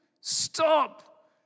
stop